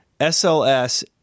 SLS